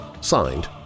Signed